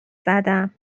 زدم